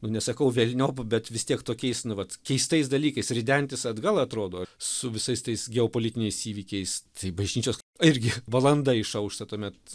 nu ne sakau velniop bet vis tiek tokiais nu vat keistais dalykais ridentis atgal atrodo su visais tais geopolitiniais įvykiais tai bažnyčios irgi valanda išaušta tuomet